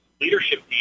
leadership